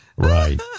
Right